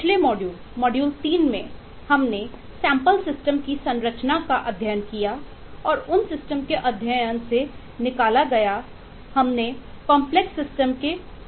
पिछले module module 3 में हमने सैंपल सिस्टम के 5 मूल गुण निकाले हैं